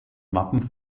wappen